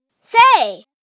Say